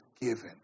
given